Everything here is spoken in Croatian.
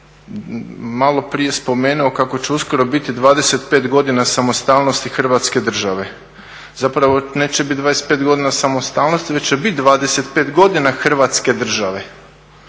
maloprije spomenuo kako će uskoro biti 25 godina samostalnosti Hrvatske države. Zapravo neće biti 25 godina samostalnosti, već će biti 25 godina Hrvatske države,